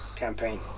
campaign